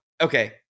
okay